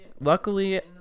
luckily